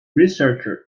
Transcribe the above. researcher